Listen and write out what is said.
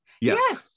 Yes